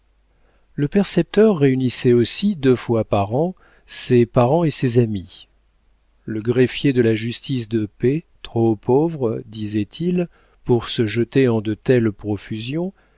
le percepteur réunissait aussi deux fois par an ses parents et ses amis le greffier de la justice de paix trop pauvre disait-il pour se jeter en de telles profusions